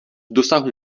dosahu